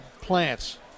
plants